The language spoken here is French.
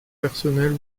personnels